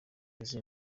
izi